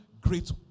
great